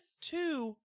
Two